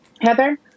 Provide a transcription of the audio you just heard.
Heather